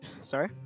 Sorry